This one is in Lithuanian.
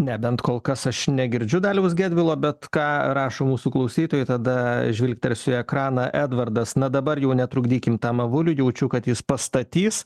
ne bent kol kas aš negirdžiu daliaus gedvilo bet ką rašo mūsų klausytojai tada žvilgtelsiu į ekraną edvardas na dabar jau netrukdykim tam avuliui jaučiu kad jis pastatys